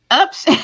oops